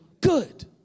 good